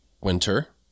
winter